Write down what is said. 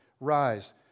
Rise